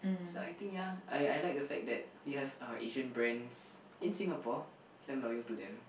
so I think ya I I like the fact that we have our Asian brands in Singapore so I'm loyal to them